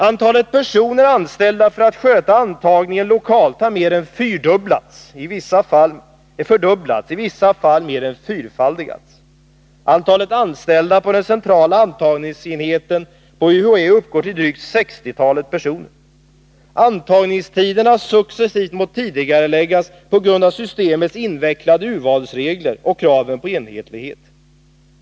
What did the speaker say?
Antalet personer anställda för att sköta antagningen lokalt har mer än fördubblats — i vissa fail mer än fyrfaldigats. Antalet anställda på den centrala antagningsenheten på UHÄ uppgår till drygt 60 personer. Antagningstiderna har successivt måst tidigareläggas på grund av systemets invecklade urvalsregler och kravet på enhetlighet.